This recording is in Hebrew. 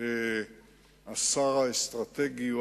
השר האסטרטגי,